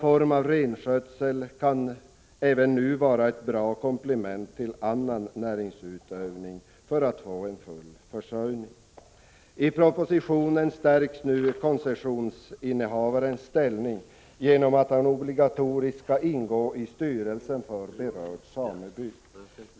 Denna form av renskötsel kan vara ett bra komplement till annan näringsutövning. I propositionen stärks nu koncessionsinnehavarens ställning genom att han obligatoriskt skall ingå i styrelsen för berörd sameby.